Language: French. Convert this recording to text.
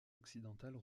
occidentales